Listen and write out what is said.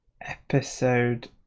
episode